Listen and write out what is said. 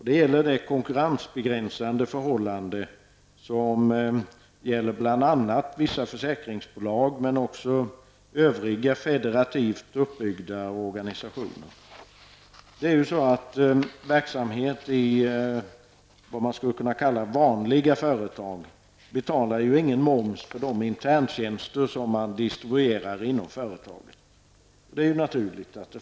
Det gäller konkurrensbegränsande förhållanden för vissa försäkringsbolag men också för övriga federativt uppbyggda organisationer. För verksamhet i vad man skulle kunna kalla för vanliga företag betalas ingen moms på de interntjänster som distribueras inom företaget, och det är naturligt.